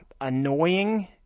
annoying